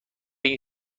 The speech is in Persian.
این